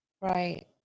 Right